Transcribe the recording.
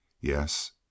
Yes